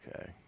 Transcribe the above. Okay